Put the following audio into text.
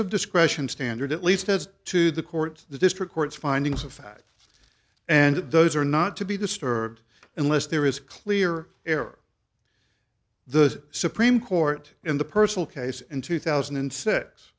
of discretion standard at least as to the courts the district court's findings of fact and those are not to be disturbed unless there is clear error the supreme court in the personal case in two thousand and six